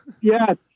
Yes